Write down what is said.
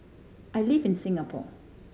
I live in Singapore